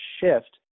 shift